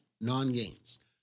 non-gains